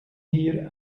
hier